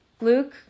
Luke